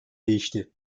değişti